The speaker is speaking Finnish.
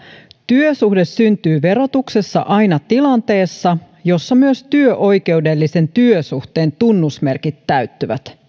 työsuhde syntyy verotuksessa aina tilanteessa jossa myös työoikeudellisen työsuhteen tunnusmerkit täyttyvät